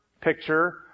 picture